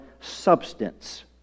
substance